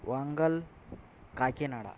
वाङ्गल् Kakinada